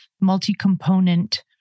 multi-component